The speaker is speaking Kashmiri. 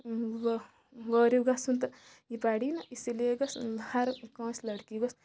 وٲریوٗ گژھُن تہٕ یہِ پَری نہٕ اسی لیے گٔژھ ہرکٲنٛسِہ لٔڑکی گٔژھ